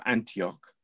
Antioch